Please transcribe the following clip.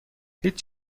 هیچ